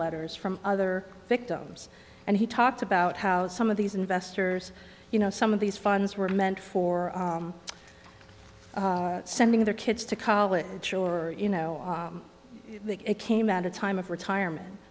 letters from other victims and he talked about how some of these investors you know some of these funds were meant for sending their kids to college or you know it came at a time of retirement